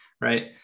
Right